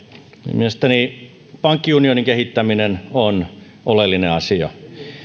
mielestäni pankkiunionin kehittäminen on oleellinen asia